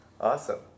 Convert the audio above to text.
awesome